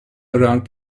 around